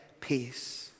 peace